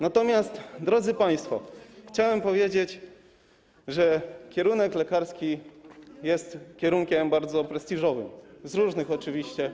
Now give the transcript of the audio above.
Natomiast, drodzy państwo, chciałem powiedzieć, że kierunek lekarski jest kierunkiem bardzo prestiżowym, z różnych oczywiście.